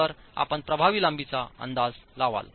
तर आपण प्रभावी लांबीचा अंदाज लावाल